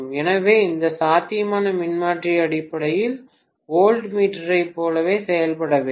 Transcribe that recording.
எனவே இந்த சாத்தியமான மின்மாற்றி அடிப்படையில் வோல்ட்மீட்டரைப் போலவே செயல்பட வேண்டும்